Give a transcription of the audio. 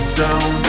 down